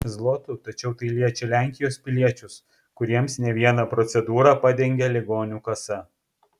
zlotų tačiau tai liečia lenkijos piliečius kuriems ne vieną procedūrą padengia ligonių kasa